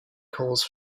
calls